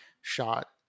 shot